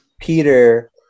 Peter